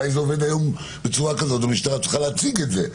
אולי זה עובד היום בצורה כזאת והמשטרה צריכה להציג את זה.